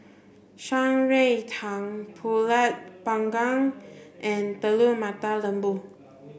Shan Rui Tang Pulut panggang and Telur Mata Lembu